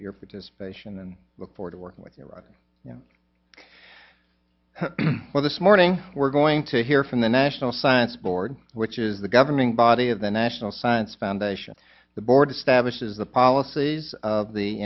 g your participation and before to work with your writing well this morning we're going to hear from the national science board which is the governing body of the national science foundation the board establishes the policies of the